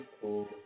cool